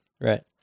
right